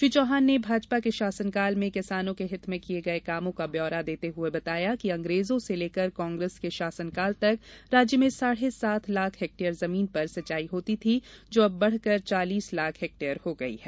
श्री चौहान ने भाजपा के शासनकाल में किसानो के हित में किये गये कामो का ब्यौरा देते हुए बताया कि अंग्रेजों से लेकर कांग्रेस के शासनकाल तक राज्य में साढ़े सात लाख हेक्टेयर जमीन पर सिंचाई होती थी जो अब बढ़कर चालीस लाख हेक्टेयर हो गई है